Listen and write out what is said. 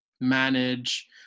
manage